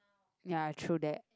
ya true that